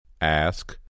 Ask